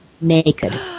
naked